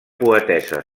poetessa